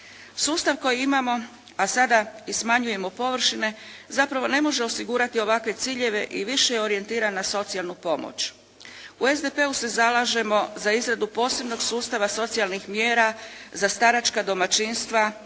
Sustav koji imamo, a sada i smanjujemo površine zapravo ne može osigurati ovakve ciljeve i više je orijentiran na socijalnu pomoć. U SDP-u se zalažemo za izradu posebnog sustava socijalnih mjera za staračka domaćinstva